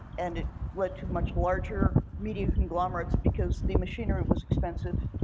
and it led to much larger media conglomerates, because the machinery was expensive,